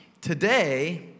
Today